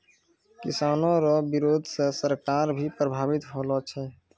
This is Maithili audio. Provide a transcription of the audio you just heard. किसानो रो बिरोध से सरकार भी प्रभावित होलो छै